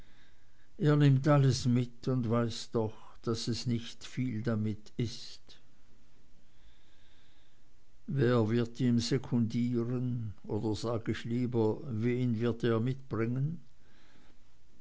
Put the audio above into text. alles mit und weiß doch daß es nicht viel damit ist wer wird ihm sekundieren oder sag ich lieber wen wird er mitbringen